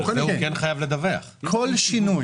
הוא כן חייב לדווח על כל שינוי.